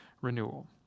renewal